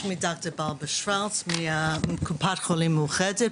שמי דוקטור ברברה שוורץ מקופת חולים מאוחדת,